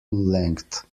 length